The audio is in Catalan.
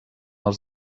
els